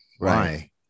Right